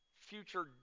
future